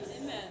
Amen